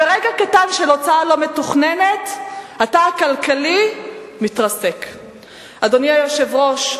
עמד כאן חבר הכנסת ברכה ואמר: הכיבוש הראשון,